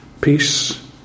peace